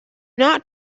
not